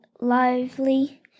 lively